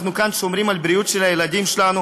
אנחנו כאן שומרים על בריאות הילדים שלנו